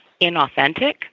inauthentic